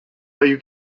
you